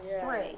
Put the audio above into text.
Three